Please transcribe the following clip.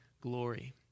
glory